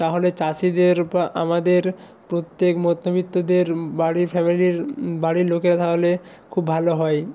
তাহলে চাষিদের বা আমাদের প্রত্যেক মধ্যবিত্তদের বাড়ির ফ্যামিলির বাড়ির লোকেরা তাহলে খুব ভালো হয়